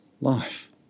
life